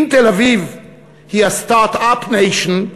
אם תל-אביב היא ה-Start-up Nation,